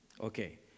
Okay